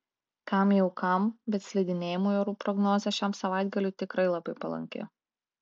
kam jau kam bet slidinėjimui orų prognozė šiam savaitgaliui tikrai labai palanki